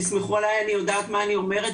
תסמכו עליי, אני יודעת מה אני אומרת.